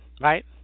Right